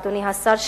אדוני השר,